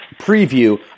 preview